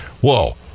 whoa